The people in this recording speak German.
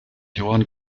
johann